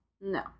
No